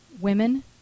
women